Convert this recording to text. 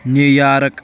New York